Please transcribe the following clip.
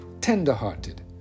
tender-hearted